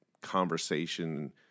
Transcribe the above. conversation